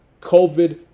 COVID